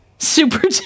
Super